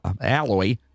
alloy